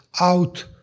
out